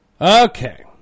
Okay